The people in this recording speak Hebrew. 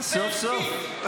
סוף-סוף.